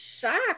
shocked